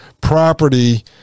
property